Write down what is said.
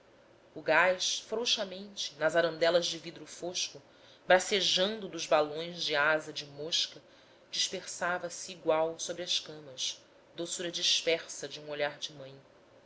o gás frouxamente nas arandelas de vidro fosco bracejando dos balões de asa de mosca dispersava se igual sobre as camas doçura dispersa de um olhar de mãe